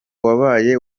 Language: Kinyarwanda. wabaye